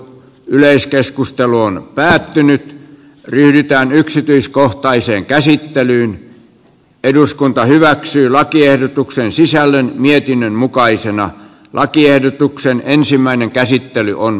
yleiskeskustelu on päättynyt pyritään yksityiskohtaiseen käsittelyyn eduskunta hyväksyi lakiehdotuksen sisällön mietinnön mukaisena lakiehdotuksen ensimmäinen käsittely on